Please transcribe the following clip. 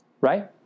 right